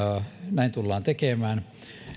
näin tullaan tekemään